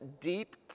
deep